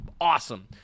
awesome